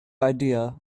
idea